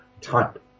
type